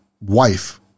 wife